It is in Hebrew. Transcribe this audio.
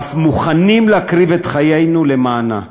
ואף מוכנים להקריב את חיינו למענה.